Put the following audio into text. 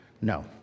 No